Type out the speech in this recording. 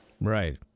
Right